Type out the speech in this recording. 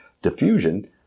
Diffusion